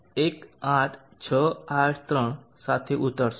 018683 સાથે ઉતરશો